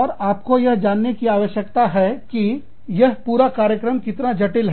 और आप यह जानने की आवश्यकता है कि यह पूरा कार्यक्रम कितना जटिल है